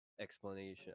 explanation